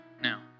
now